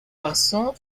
basó